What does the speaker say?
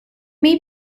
may